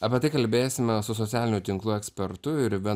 apie tai kalbėsime su socialinių tinklų ekspertu ir